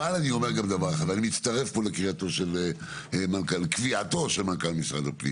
אבל אני מצטרף לקביעתו של מנכ"ל משרד הפנים